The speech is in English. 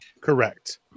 correct